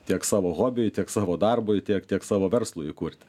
tiek savo hobiui tiek savo darbui tiek tiek savo verslui kurti